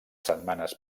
setmanes